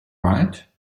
right